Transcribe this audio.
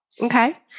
Okay